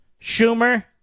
Schumer